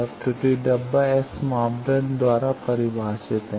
अब त्रुटि डब्बा S मापदंड द्वारा परिभाषित है